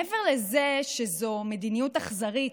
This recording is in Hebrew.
מעבר לזה שזו מדיניות אכזרית,